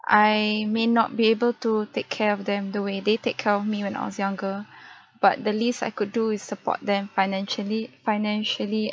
I may not be able to take care of them the way they take care of me when I was younger but the least I could do is support them financially financially